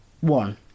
One